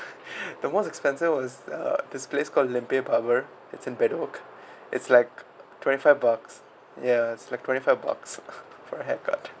the most expensive was uh this place called limpeh barber it's in bedok it's like twenty five bucks ya it's like twenty five bucks for a haircut